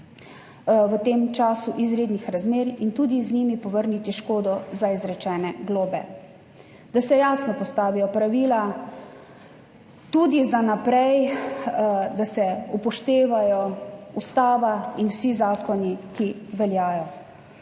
v času izrednih razmer, in z njo povrniti škodo za izrečene globe. Da se jasno postavijo pravila tudi za naprej, da se upoštevajo ustava in vsi zakoni, ki veljajo.